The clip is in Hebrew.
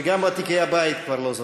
שגם ותיקי הבית כבר לא זוכרים.